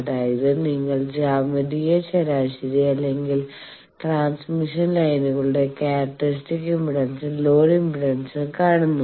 അതായത് നിങ്ങൾ ജ്യാമിതീയ ശരാശരി അല്ലെങ്കിൽ ട്രാൻസ്മിഷൻ ലൈനുകളുടെ ക്യാരക്ടറിസ്റ്റിക്സ് ഇംപെഡൻസും ലോഡ് ഇംപെഡൻസും കാണുന്നു